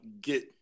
get